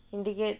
indicate